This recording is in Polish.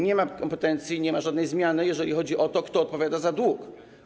Nie ma zmian kompetencji, nie ma żadnej zmiany, jeżeli chodzi o to, kto odpowiada za dług.